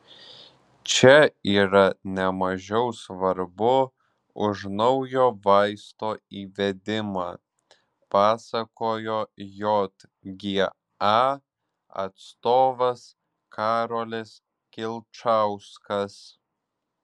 čia yra ne mažiau svarbu už naujo vaisto įvedimą pasakojo jga atstovas karolis kilčauskas